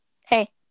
Hey